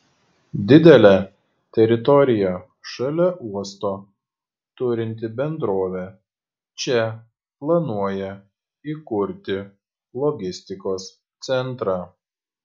didelę teritoriją šalia uosto turinti bendrovė čia planuoja įkurti logistikos centrą